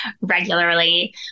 regularly